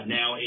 now